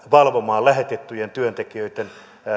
valvomaan lähetettyjen työntekijöitten